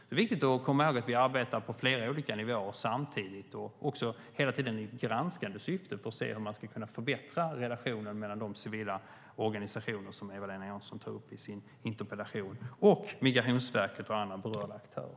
Det är viktigt att komma ihåg att vi arbetar på flera olika nivåer samtidigt och hela tiden i ett granskande syfte för att se hur man kan förbättra relationen mellan de civila organisationer som Eva-Lena Jansson tar upp i sin interpellation, Migrationsverket och andra berörda aktörer.